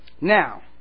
now